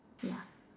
yeah